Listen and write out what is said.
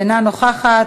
אינה נוכחת.